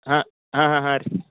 ಹಾಂ ಹಾಂ ಹಾಂ ಹಾಂ ರೀ